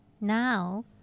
Now